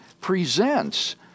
presents